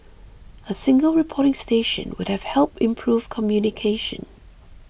a single reporting station would have helped improve communication